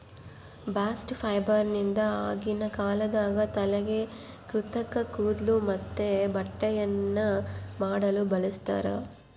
bast ಫೈಬರ್ನಿಂದ ಆಗಿನ ಕಾಲದಾಗ ತಲೆಗೆ ಕೃತಕ ಕೂದ್ಲು ಮತ್ತೆ ಬಟ್ಟೆಯನ್ನ ಮಾಡಲು ಬಳಸ್ತಾರ